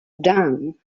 dang